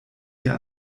wir